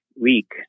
week